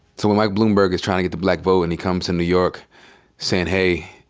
so mike bloomberg is tryin' to get the black vote. and he comes to new york sayin', hey,